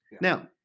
Now